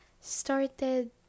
started